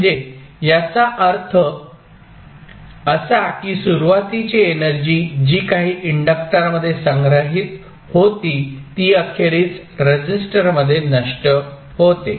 म्हणजे याचा अर्थ असा की सुरुवातीची एनर्जी जी काही इंडक्टर मध्ये संग्रहित होती ती अखेरीस रेसिस्टरमध्ये नष्ट होते